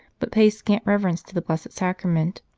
but paid scant reverence to the blessed sacrament.